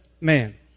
man